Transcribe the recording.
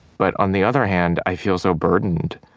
but on the other hand, i feel so burdened.